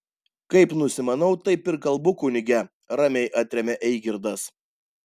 kaip nusimanau taip ir kalbu kunige ramiai atremia eigirdas